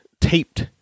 taped